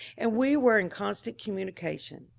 and we were in constant communication.